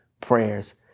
prayers